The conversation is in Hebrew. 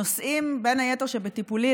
הנושאים שבין היתר בטיפולי,